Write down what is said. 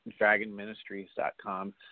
dragonministries.com